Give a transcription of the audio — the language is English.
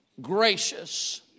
gracious